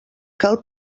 cal